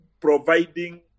providing